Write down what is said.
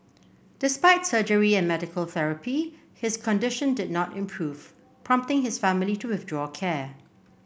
despite surgery and medical therapy his condition did not improve prompting his family to withdraw care